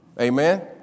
Amen